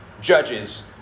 judges